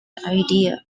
idea